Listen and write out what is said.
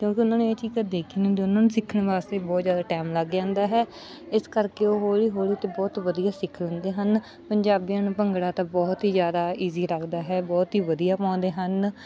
ਕਿਉਂਕਿ ਉਹਨਾਂ ਨੇ ਇਹ ਚੀਜ਼ ਕਦੀ ਦੇਖੀ ਨਹੀਂ ਹੁੰਦੀ ਉਹਨਾ ਨੂੰ ਸਿੱਖਣ ਵਾਸਤੇ ਬਹੁਤ ਜ਼ਿਆਦਾ ਟਾਈਮ ਲੱਗ ਜਾਂਦਾ ਹੈ ਇਸ ਕਰਕੇ ਉਹ ਹੌਲੀ ਹੌਲੀ ਅਤੇ ਬਹੁਤ ਵਧੀਆ ਸਿੱਖ ਲੈਂਦੇ ਹਨ ਪੰਜਾਬੀਆਂ ਨੂੰ ਭੰਗੜਾ ਤਾਂ ਬਹੁਤ ਹੀ ਜ਼ਿਆਦਾ ਈਜ਼ੀ ਲੱਗਦਾ ਹੈ ਬਹੁਤ ਹੀ ਵਧੀਆ ਪਾਉਂਦੇ ਹਨ